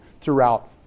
throughout